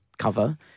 cover